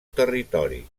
territori